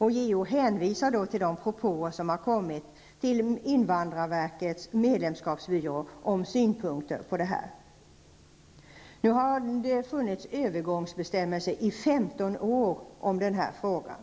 JO hänvisar till de propåer som har kommit till invandrarverkets medlemskapsbyrå om synpunkter på detta. Nu har det funnits övergångsbestämmelser under 15 år i denna fråga.